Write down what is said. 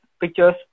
pictures